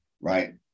right